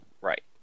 Right